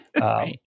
right